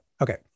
okay